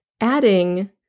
Adding